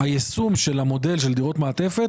היישום של המודל של דירות מעטפת